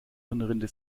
hirnrinde